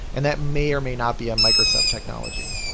and that may or may not be a microsoft technology.